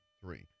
three